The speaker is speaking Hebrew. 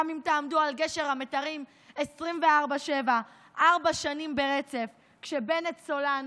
גם אם תעמדו על גשר המיתרים 24/7 ארבע שנים ברצף כשבנט סולן,